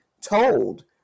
told